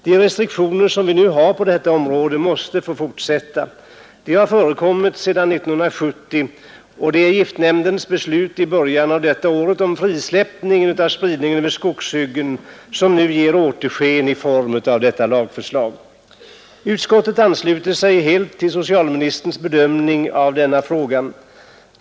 De restriktioner som vi nu har på detta område måste få fortsätta. De har funnits sedan 1970, och det är giftnämndens beslut i början av detta år om frisläppning av spridningen över skogshyggen som nu ger återsken i form av föreliggande lagförslag. Utskottet ansluter sig till socialministerns bedömning av frågan.